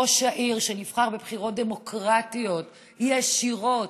ראש העיר שנבחר בבחירות דמוקרטיות, ישירות,